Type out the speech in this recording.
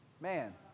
Man